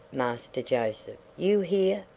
master joseph, you hear,